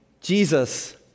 Jesus